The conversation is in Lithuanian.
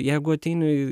jeigu ateini